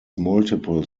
multiple